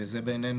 סליחה.